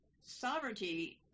sovereignty